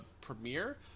premiere